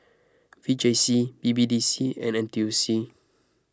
V J C B B D C and N T U C